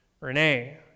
Renee